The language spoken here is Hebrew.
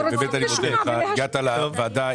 הגעת לוועדה,